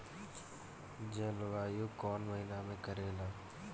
जलवायु कौन महीना में करेला?